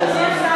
בעיה.